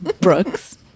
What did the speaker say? Brooks